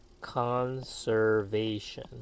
conservation